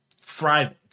thriving